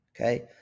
Okay